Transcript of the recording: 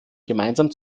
gemeinsam